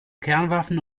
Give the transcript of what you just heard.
kernwaffen